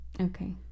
Okay